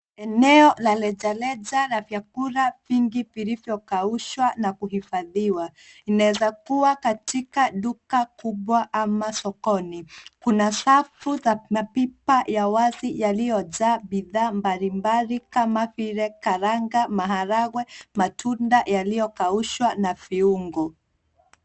Eneo la rejareja la vyakula vingi vilivyokaushwa na kuhifadhiwa. Inaweza kuwa katika duka kubwa ama sokoni . Kuna safu za mapipa ya wazi yaliyojaa bidhaa mbalimbali kama vile karanga, maharagwe matunda yaliyokaushwa na viungo.